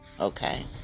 okay